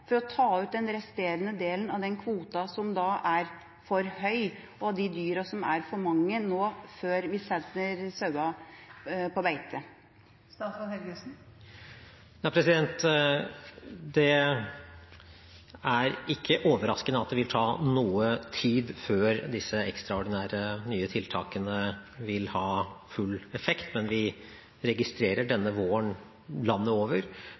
for å ta ut den resterende delen av den kvoten, som er for høy, og de dyrene som er for mange, nå før vi setter sauene på beite? Det er ikke overraskende at det vil ta noe tid før disse ekstraordinære, nye tiltakene vil ha full effekt, men vi registrerer denne våren – landet over